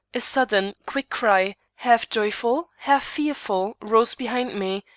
a sudden, quick cry, half joyful, half fearful, rose behind me,